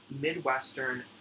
Midwestern